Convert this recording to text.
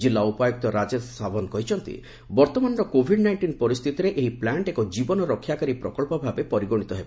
ଜିଲ୍ଲା ଉପାୟୁକ୍ତ ରାଜେଶ ଶାଭନ କହିଛନ୍ତି ବର୍ତ୍ତମାନର କୋଭିଡ୍ ନାଇଷ୍ଟିନ୍ ପରିସ୍ଥିତିରେ ଏହି ପ୍ଲାଣ୍ଟ୍ ଏକ ଜୀବନ ରକ୍ଷାକାରୀ ପ୍ରକଳ୍ପ ଭାବେ ପରିଗଣିତ ହେବ